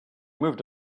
moved